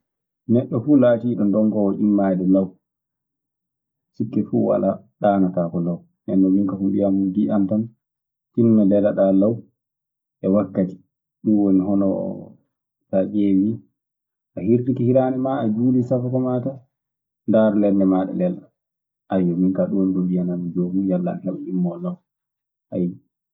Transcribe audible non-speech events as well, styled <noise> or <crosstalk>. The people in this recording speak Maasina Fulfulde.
Neɗɗo fuu laatiiɗo ndonkoowo immaade law, sikke fuu walaa ɗantaako law. Nenno, ko mbiya giƴƴam tam tinna leloɗaa law e wakkati ɗum woni honoor, so a ƴeewii a hirtike hiraande maa, a juulii safoko maa tam, ndaar lennde maa lelɗaa. <hesitation> minkaa ɗum woni ko mbiyanammi joomum yalla ana heɓa immoo law, ayyo.